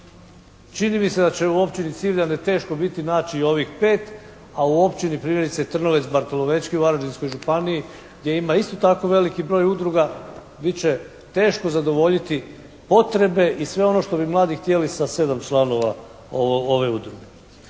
Čini mi se da će u općini Civljani teško biti naći i ovih pet a u općini primjerice Trnovec Bartolovečki u Varaždinskoj županiji gdje ima isto tako veliki broj udruga bit će teško zadovoljiti potrebe i sve ono što bi mladi htjeli sa sedam članova ove udruge.